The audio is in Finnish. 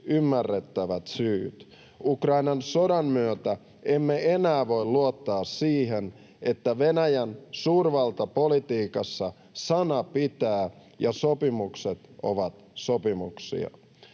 ymmärrettävät syyt. Ukrainan sodan myötä emme enää voi luottaa siihen, että Venäjän suurvaltapolitiikassa sana pitää ja sopimukset ovat sopimuksia.